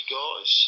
guys